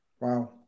Wow